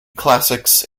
classics